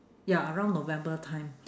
ya around november time